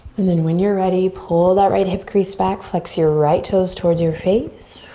and then when you're ready pull that right hip crease back flex your right toes towards your face.